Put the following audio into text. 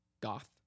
goth